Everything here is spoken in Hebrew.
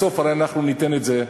בסוף הרי אנחנו ניתן את זה.